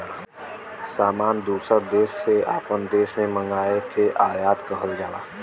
सामान दूसर देस से आपन देश मे मंगाए के आयात कहल जाला